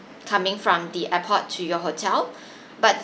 coming from the airport to your hotel but